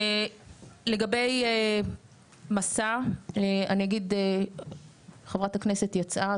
לגבי 'מסע' - חברת הכנסת יצאה,